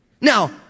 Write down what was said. Now